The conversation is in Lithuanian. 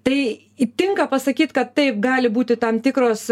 tai įtinka pasakyt kad taip gali būti tam tikros